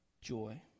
joy